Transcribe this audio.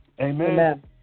Amen